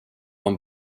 han